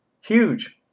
Huge